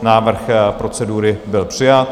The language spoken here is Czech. Návrh procedury byl přijat.